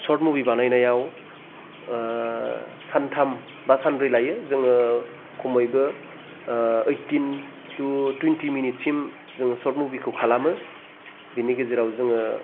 short movie बानायनायाव सानथाम बा सानब्रै लायो जोङो खमैबो ओइदटिन थु थुवेनटि मिनिटसिम जोङो सर्ट मुभिखौ खालामो बेनि गेजेराव जोङो